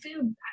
food